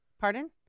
Pardon